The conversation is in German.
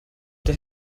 der